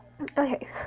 okay